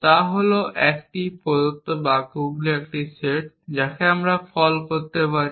তা হল একটি প্রদত্ত বাক্যগুলির একটি সেট যাকে আমরা কল করতে পারি